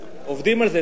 אנחנו עובדים על זה.